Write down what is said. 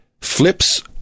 flips